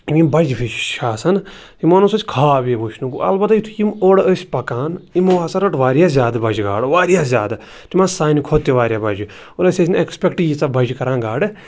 یِم یِم بَجہِ فِشِز چھِ آسان یِمَن اوس اَسہِ خاب یہِ وٕچھنُک گوٚو اَلبتہ یُتھُے یِم اورٕ ٲسۍ پَکان یِمو ہَسا رٔٹ واریاہ زیادٕ بَجہِ گاڈٕ واریاہ زیادٕ تِم آسہٕ سانہِ کھۄتہٕ تہِ واریاہ بَجہِ اور أسۍ ٲسۍ نہٕ اٮ۪کسپٮ۪کٹ ییٖژاہ بَجہِ کَران گاڈٕ